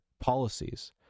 policies